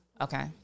Okay